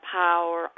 power